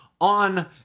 on